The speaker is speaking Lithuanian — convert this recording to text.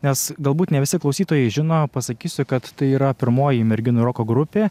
nes galbūt ne visi klausytojai žino pasakysiu kad tai yra pirmoji merginų roko grupė